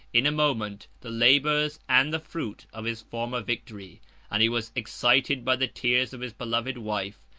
in a moment, the labors, and the fruit, of his former victory and he was excited by the tears of his beloved wife,